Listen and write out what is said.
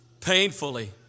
painfully